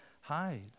hide